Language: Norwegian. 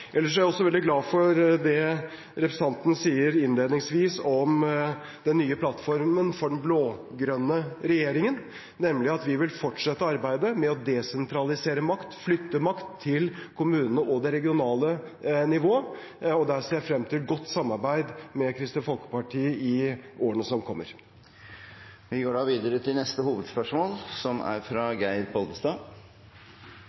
Ellers er jeg veldig glad for det representanten sier innledningsvis om den nye plattformen for den blå-grønne regjeringen, nemlig at vi vil fortsette arbeidet med å desentralisere makt, flytte makt, til kommunene og det regionale nivået. Der ser jeg frem til godt samarbeid med Kristelig Folkeparti i årene som kommer. Vi går videre til neste hovedspørsmål. Spørsmålet mitt går til landbruksministeren. «Forutsigbarhet» og «forutsigbare rammevilkår» er